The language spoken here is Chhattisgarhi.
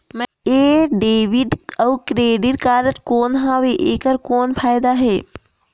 ये डेबिट अउ क्रेडिट कारड कौन हवे एकर कौन फाइदा हे?